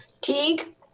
Teague